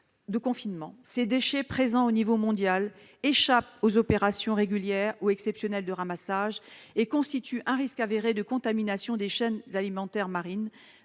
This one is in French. de confinement. Ces déchets, répandus à l'échelle mondiale, échappent aux opérations régulières ou exceptionnelles de ramassage et constituent un risque avéré de contamination des chaînes alimentaires marines,